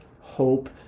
hope